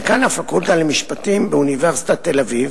דיקן הפקולטה למשפטים באוניברסיטת תל-אביב,